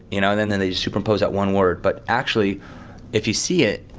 you know, then then they superimpose that one word. but actually if you see it,